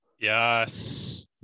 yes